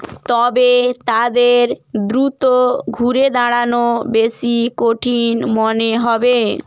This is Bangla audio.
তবে তাদের দ্রুত ঘুরে দাঁড়ানো বেশি কঠিন মনে হবে